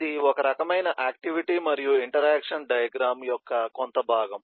ఇది ఒక రకమైన ఆక్టివిటీ మరియు ఇంటరాక్షన్ డయాగ్రమ్ యొక్క కొంత భాగం